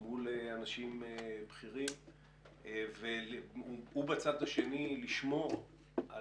מול אנשים בכירים ובצד השני לשמור על